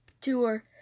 tour